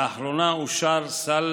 לאחרונה אושר סל